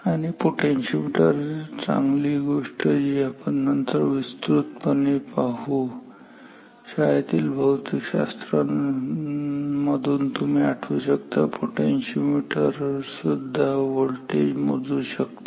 आणि पोटेन्शिओमीटर बद्दल चांगली गोष्ट आहे जी आपण नंतर विस्तृतपणे पाहू शाळेतील भौतिक शास्त्र मधुन तुम्ही आठवू शकता की पोटेन्शिओमीटर व्होल्टेज सुद्धा मोजू शकतात